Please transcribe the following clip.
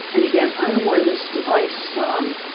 and again, i wore this device some,